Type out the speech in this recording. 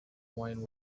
wine